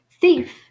thief